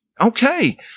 okay